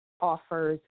offers